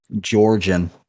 georgian